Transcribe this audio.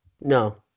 No